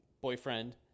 boyfriend